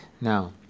now